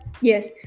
yes